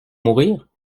mourir